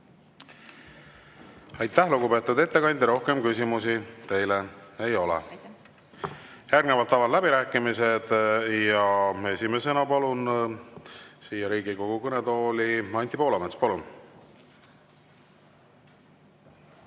Aitäh, lugupeetud ettekandja! Rohkem küsimusi teile ei ole. Järgnevalt avan läbirääkimised ja esimesena palun siia Riigikogu kõnetooli Anti Poolametsa.